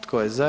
Tko je za?